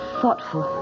thoughtful